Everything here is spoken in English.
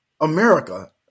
America